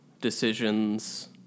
decisions